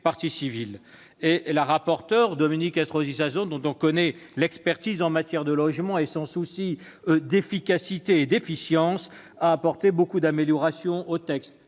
Mme la rapporteur, Dominique Estrosi Sassone, dont on connaît l'expertise en matière de logement et le souci d'efficacité et d'efficience, a apporté beaucoup d'améliorations au texte